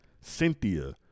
Cynthia